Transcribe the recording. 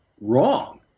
Wrong